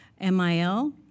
MIL